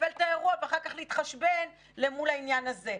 לתפעל את האירוע ואחר כך להתחשבן למול העניין הזה.